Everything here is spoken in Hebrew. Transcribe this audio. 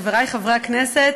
חברי חברי הכנסת,